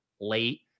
late